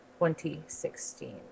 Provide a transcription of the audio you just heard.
2016